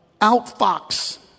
outfox